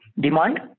demand